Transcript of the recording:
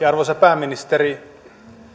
arvoisa pääministeri